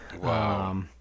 Wow